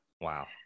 Wow